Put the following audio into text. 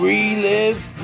Relive